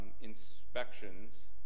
Inspections